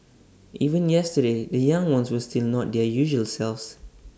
even yesterday the young ones were still not their usual selves